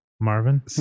Marvin